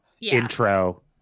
intro